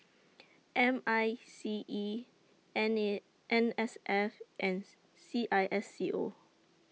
M I C E N S F and C I S C O